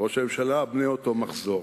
וראש הממשלה, בני אותו מחזור.